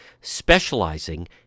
specializing